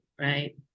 right